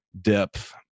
depth